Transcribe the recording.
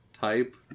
type